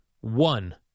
One